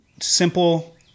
simple